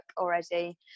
already